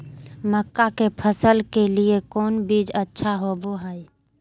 मक्का के फसल के लिए कौन बीज अच्छा होबो हाय?